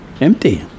empty